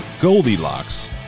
goldilocks